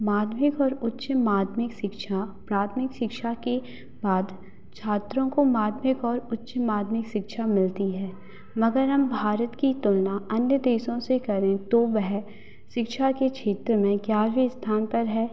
माध्यमिक और उच्च माध्यमिक शिक्षा प्राथमिक शिक्षा के बाद छात्रों को माध्यमिक और उच्च माध्यमिक शिक्षा मिलती है मगर हम भारत की तुलना अन्य देशों से करें तो वह शिक्षा के क्षेत्र में ग्यारहवें स्थान पर है